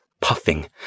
puffing